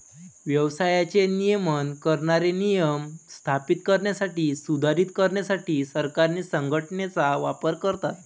व्यवसायाचे नियमन करणारे नियम स्थापित करण्यासाठी, सुधारित करण्यासाठी सरकारे संघटनेचा वापर करतात